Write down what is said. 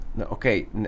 okay